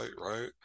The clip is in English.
right